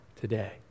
today